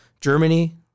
Germany